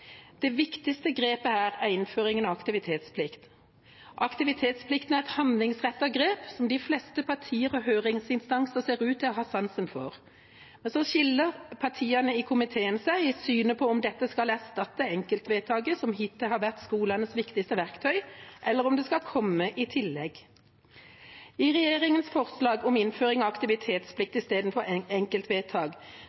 Det viktigste grepet her er innføring av aktivitetsplikt. Aktivitetsplikten er et handlingsrettet grep som de fleste partier og høringsinstanser ser ut til å ha sansen for. Så skiller partiene i komiteen seg i synet på om dette skal erstatte enkeltvedtaket, som hittil har vært skolenes viktigste verktøy, eller om det skal komme i tillegg. I regjeringas forslag om innføring av aktivitetsplikt